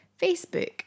Facebook